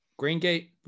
Greengate